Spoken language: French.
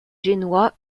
génois